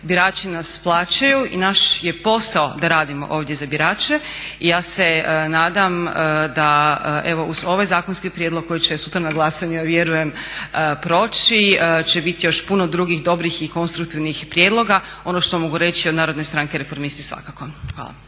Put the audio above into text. birači nas plaćaju i naš je posao da radimo ovdje za birače. I ja se nadam da evo uz ovaj zakonski prijedlog koji će sutra na glasanju ja vjerujem proći će biti još puno drugih dobrih i konstruktivnih prijedloga. Ono što mogu reći od Narodne stranke-Reformisti svakako. Hvala.